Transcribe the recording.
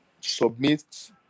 Submit